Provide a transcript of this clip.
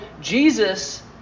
Jesus